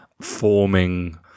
forming